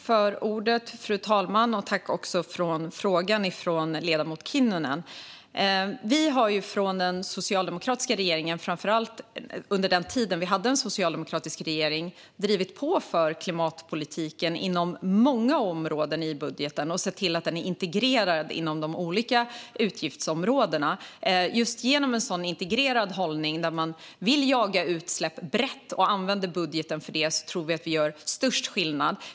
Fru talman! Jag tackar för frågan från ledamoten Kinnunen. Socialdemokraterna har drivit på, framför allt under den tid då vi hade en socialdemokratiskt ledd regering, för klimatpolitiken inom många områden i budgeten och sett till att den varit integrerad inom de olika utgiftsområdena. Just genom en sådan integrerad hållning där man vill jaga utsläpp brett och använda budgeten för detta tror vi att man gör störst skillnad.